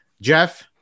Jeff